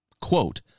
Quote